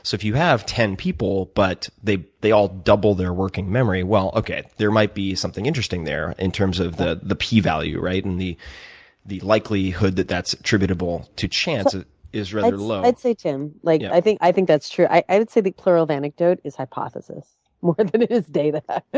so if you have ten people but they they all double their working memory, okay, there might be something interesting there in terms of the the p value, right? and the the likelihood that that's attributable to chance is rather low. i'd say, tim, like i think i think that's true. i would say, the plural of anecdote is hypothesis more than it is data.